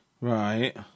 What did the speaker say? Right